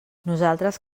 nosaltres